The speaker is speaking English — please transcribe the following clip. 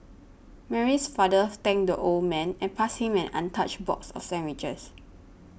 Mary's father thanked the old man and passed him an untouched box of sandwiches